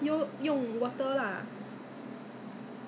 oh 其实我根本就没有问 I don't ask this kind of thing one you know